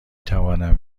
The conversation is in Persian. توانم